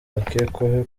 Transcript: bakekwaho